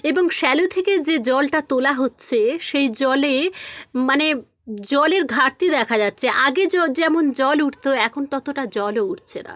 এবং স্যালো থেকে যে জলটা তোলা হচ্ছে সেই জলে মানে জলের ঘাটতি দেখা যাচ্ছে আগে যেমন জল উঠতো এখন ততটা জলও উঠছে না